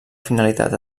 finalitat